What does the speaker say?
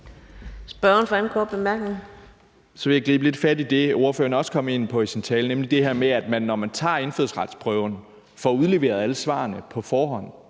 Bjørn (DF): Så vil jeg gribe lidt fat i det, ordføreren også kom ind på i sin tale, nemlig det her med, at når man tager indfødsretsprøven, får man udleveret alle svarene på forhånd.